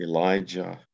Elijah